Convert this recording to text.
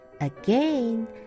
Again